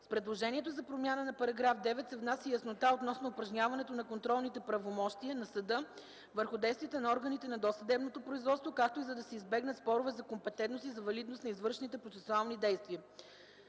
С предложението за промяна на § 9 се внася яснота относно упражняването на контролните правомощия на съда върху действията на органите на досъдебното производство, както и за да се избегнат спорове за компетентност и за валидност на извършени процесуални действия.